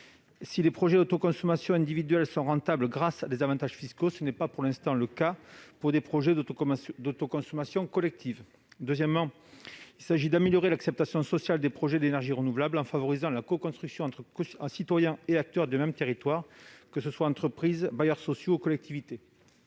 Si les projets d'autoconsommation individuelle sont rentables grâce à des avantages fiscaux, ce n'est pour l'instant pas le cas des projets d'autoconsommation collective. Ensuite, il tend à améliorer l'acceptation sociale des projets d'énergie renouvelable en favorisant la coconstruction entre citoyens et acteurs d'un même territoire : entreprises, bailleurs sociaux, collectivités